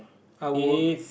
I will